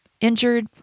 injured